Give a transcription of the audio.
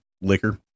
liquor